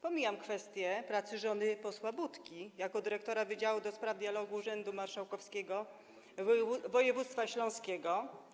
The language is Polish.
Pomijam kwestię pracy żony posła Budki jako dyrektora wydziału do spraw dialogu Urzędu Marszałkowskiego Województwa Śląskiego.